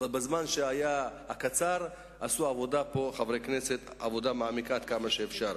אבל בזמן הקצר שהיה חברי הכנסת עשו עבודה מעמיקה עד כמה שאפשר.